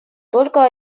только